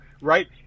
right